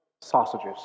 sausages